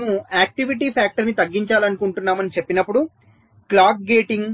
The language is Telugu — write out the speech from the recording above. మనము ఆక్టివిటీ ఫాక్టర్ని తగ్గించాలనుకుంటున్నామని చెప్పినప్పుడు క్లాక్ గేటింగ్